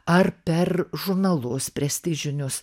ar per žurnalus prestižinius